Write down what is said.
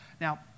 now